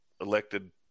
elected